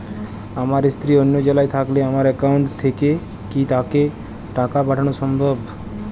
আমার স্ত্রী অন্য জেলায় থাকলে আমার অ্যাকাউন্ট থেকে কি তাকে টাকা পাঠানো সম্ভব?